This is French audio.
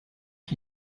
qui